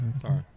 Sorry